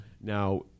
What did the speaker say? now